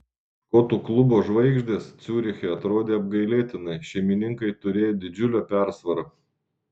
škotų klubo žvaigždės ciuriche atrodė apgailėtinai šeimininkai turėjo didžiulę persvarą